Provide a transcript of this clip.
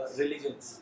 religions